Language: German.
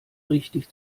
richtig